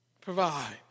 provide